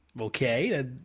Okay